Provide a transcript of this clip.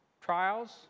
trials